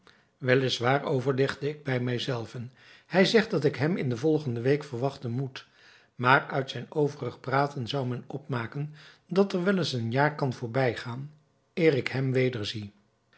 waar overlegde ik bij mij zelven hij zegt dat ik hem in de volgende week verwachten moet maar uit zijn overig praten zou men opmaken dat er wel een jaar kan voorbijgaan eer ik hem wederzie